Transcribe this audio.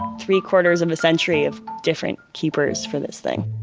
three-quarters of a century of different keepers for this thing.